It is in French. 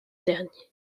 dernier